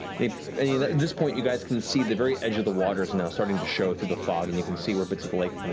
i mean this point, you guys can see the very edge of the water is now starting to show through the fog and you can see where bits of the lake